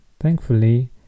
Thankfully